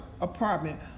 apartment